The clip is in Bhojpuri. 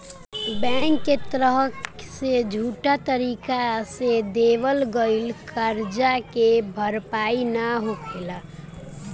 बैंक के तरफ से झूठा तरीका से देवल गईल करजा के भरपाई ना होखेला